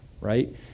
right